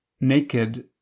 Naked